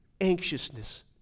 anxiousness